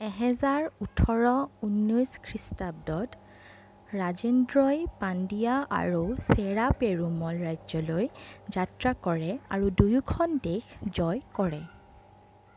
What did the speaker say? এহেজাৰ ওঠৰ ঊনৈছ খ্ৰীষ্টাব্দত ৰাজেন্দ্ৰই পাণ্ডিয়া আৰু চেৰা পেৰুমল ৰাজ্যলৈ যাত্ৰা কৰে আৰু দুয়োখন দেশ জয় কৰে